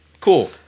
Cool